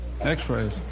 X-rays